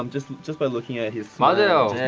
um just just by looking at his smile. you know